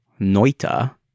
Noita